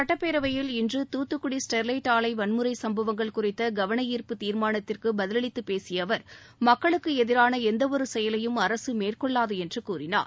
சட்டப்பேரவையில் இன்று தூத்துக்குடி ஸ்டெர்லைட் ஆலை வன்முறை சும்பவங்கள் குறித்த கவனஈர்ப்பு தீர்மானத்திற்கு பதிலளித்து பேசிய அவர் மக்களுக்கு எதிரான எந்தவொரு செயலையும் அரக மேற்கொள்ளாது என்று கூறினார்